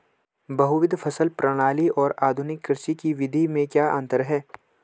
बहुविध फसल प्रणाली और आधुनिक कृषि की विधि में क्या अंतर है?